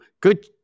good